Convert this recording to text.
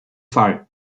fall